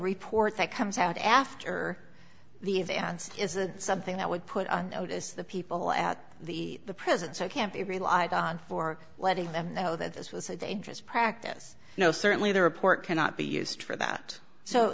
report that comes out after the is and isn't something that would put on notice the people at the present so can't be relied on for letting them know that this was a dangerous practice no certainly the report cannot be used for that so